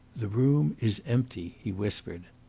the room is empty, he whispered.